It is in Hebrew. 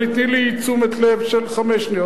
צריך להגיש את